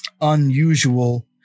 unusual